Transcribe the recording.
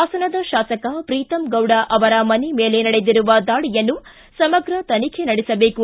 ಹಾಸನದ ಶಾಸಕ ಪ್ರೀತಂಗೌಡ ಅವರ ಮನೆ ಮೇಲೆ ನಡೆದಿರುವ ದಾಳಿಯನ್ನು ಸಮಗ್ರ ತನಿಖೆ ನಡೆಸಬೇಕು